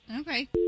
okay